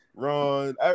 Ron